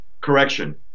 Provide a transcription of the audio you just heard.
correction